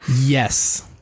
Yes